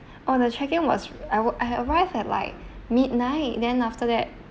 oh the check-in was I wo~ I arrived at like midnight then after that